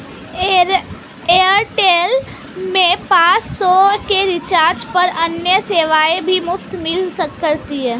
Airtel में पाँच सौ के रिचार्ज पर अन्य सेवाएं भी मुफ़्त मिला करती थी